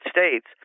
States